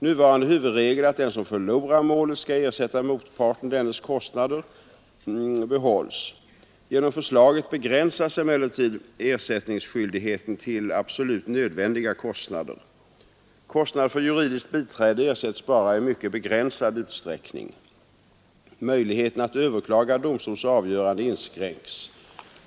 Nuvarande huvudregel, att den som förlorar målet skall ersätta motparten dennes kostnader, behålls. Genom förslaget begränsas emellertid ersättningsskyldigheten till absolut nödvändiga kostnader. Kostnad för juridiskt biträde ersätts bara i mycket begränsad utsträckning. Möjligheten att överklaga domstols avgörande inskränks.